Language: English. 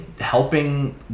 helping